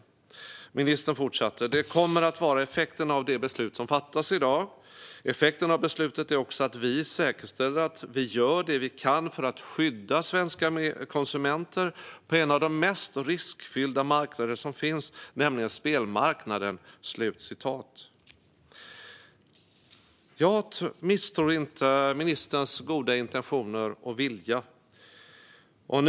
Det kommer att vara effekten av det beslut som fattas i dag. Effekten av beslutet är också att vi säkerställer att vi gör det vi kan för att skydda svenska konsumenter på en av de mest riskfyllda marknader som finns, nämligen spelmarknaden." Jag misstror inte ministerns goda intentioner och goda vilja.